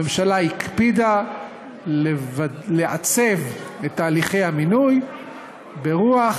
הממשלה הקפידה לעצב את תהליכי המינוי ברוח